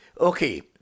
okay